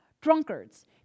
Drunkards